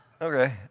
Okay